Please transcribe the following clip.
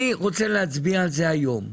אני רוצה להצביע על זה היום.